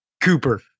Cooper